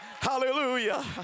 Hallelujah